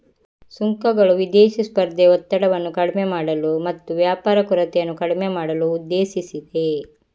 ಸುಂಕಗಳು ವಿದೇಶಿ ಸ್ಪರ್ಧೆಯ ಒತ್ತಡವನ್ನು ಕಡಿಮೆ ಮಾಡಲು ಮತ್ತು ವ್ಯಾಪಾರ ಕೊರತೆಯನ್ನು ಕಡಿಮೆ ಮಾಡಲು ಉದ್ದೇಶಿಸಿದೆ